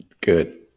Good